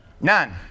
None